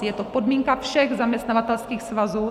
Je to podmínka všech zaměstnavatelských svazů.